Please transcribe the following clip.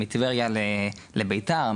מטבריה לביתר,